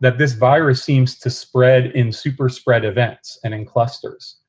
that this virus seems to spread in super spread events and in clusters.